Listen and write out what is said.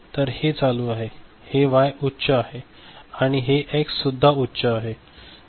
तर हे चालू आहे हे वाय उच्च आहे आणि हे एक्स सुद्धा उच्च आहे